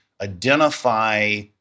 identify